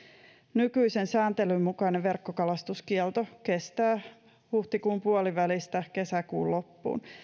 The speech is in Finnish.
nykyisen sääntelyn mukainen verkkokalastuskielto kestää huhtikuun puolivälistä kesäkuun loppuun